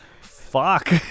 fuck